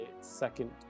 second